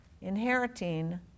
inheriting